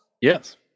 yes